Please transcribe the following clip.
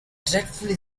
dreadfully